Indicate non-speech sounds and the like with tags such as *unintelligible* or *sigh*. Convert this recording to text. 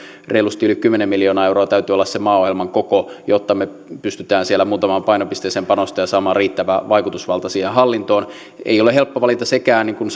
reilusti yli kymmenen miljoonaa euroa täytyy olla se maaohjelman koko jotta me pystymme siellä muutamaan painopisteeseen panostamaan ja saamaan riittävän vaikutusvallan siihen hallintoon ei ole helppo valinta sekään niin kuin *unintelligible*